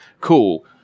Cool